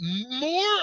more